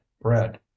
bread